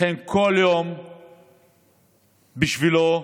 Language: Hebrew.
לכן כל יום בשבילו הוא